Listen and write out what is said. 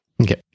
okay